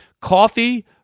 coffee –